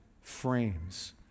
frames